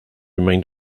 remained